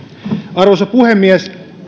arvoisa puhemies